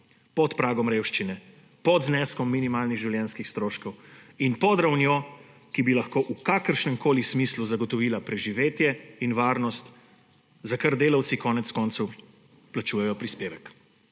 pod pragom revščine, pod zneskom minimalnih življenjskih stroškov in pod ravnjo, ki bi lahko v kakršnemkoli smislu zagotovila preživetje in varnost, za kar delavci konec koncev plačujejo prispevek.